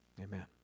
amen